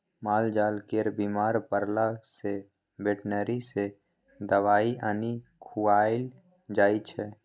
मालजाल केर बीमार परला सँ बेटनरी सँ दबाइ आनि खुआएल जाइ छै